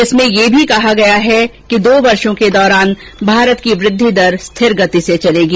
इसमें यह भी कहा गया है कि दो वर्षो के दौरान भारत की वृद्धि दर स्थिर गति से चलेगी